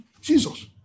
Jesus